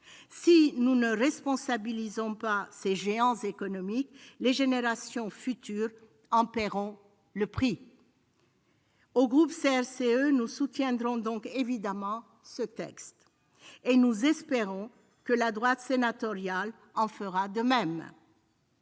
Si nous ne responsabilisons pas ces géants économiques, les générations futures en paieront le prix. Le groupe CRCE soutiendra donc évidemment ce texte. Nous espérons que la droite sénatoriale en fera de même.